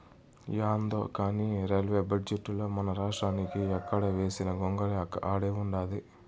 యాందో కానీ రైల్వే బడ్జెటుల మనరాష్ట్రానికి ఎక్కడ వేసిన గొంగలి ఆడే ఉండాది